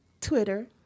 Twitter